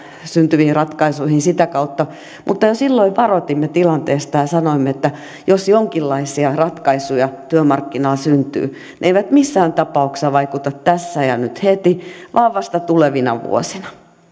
syntyviin ratkaisuihin sitä kautta mutta jo silloin varoitimme tilanteesta ja sanoimme että jos jonkinlaisia ratkaisuja työmarkkinoilla syntyy ne eivät missään tapauksessa vaikuta tässä ja nyt heti vaan vasta tulevina vuosina